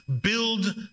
build